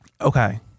Okay